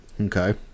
Okay